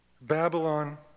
Babylon